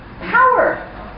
Power